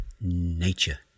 nature